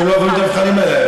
שלא היו עוברים את המבחנים האלה.